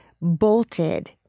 bolted